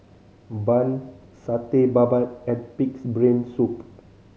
bun Satay Babat and Pig's Brain Soup